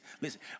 listen